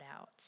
out